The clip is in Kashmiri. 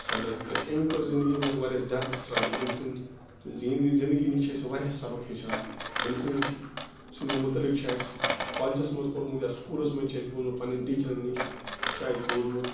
صدٕر تہٕ أمۍ کٔر زِنٛدگی منٛز واریاہ زیادٕ سٕٹرٛگٕل أمۍ سٕنٛد زیٖن زِنٛدگی نِش چھِ اَسہِ واریاہ سبق ہیٚچھان تٔمۍ سٕنٛز سٕنٛدِ مُتعلِق چھِ اَسہِ کالجَس منٛز پوٚرمُت یا سکوٗلَس منٛز چھُ اَسہِ بوٗزمُت پَنٕنٮ۪ن ٹیٖچرَن نِش چھِ اَسہِ بوٗزمُت